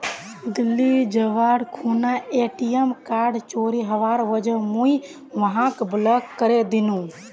दिल्ली जबार खूना ATM card चोरी हबार वजह मुई वहाक ब्लॉक करे दिनु